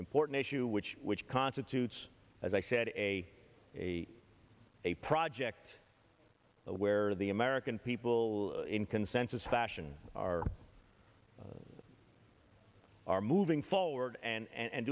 important issue which which constitutes as i said a a a project where the american people in consensus fashion are are moving forward and